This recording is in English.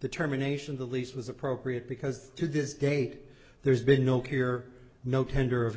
the terminations the least was appropriate because to this date there's been no clear no tender of